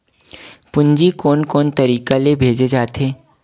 पूंजी कोन कोन तरीका ले भेजे जाथे?